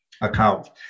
account